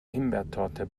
himbeertorte